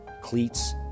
cleats